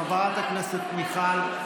חברת הכנסת מיכל,